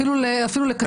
אפילו לקצר,